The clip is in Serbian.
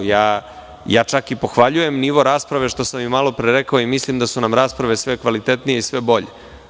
Ja čak i pohvaljujem nivo rasprave, što sam malopre rekao i mislim da su nam rasprave sve kvalitetnije i sve bolje.